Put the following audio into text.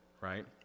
right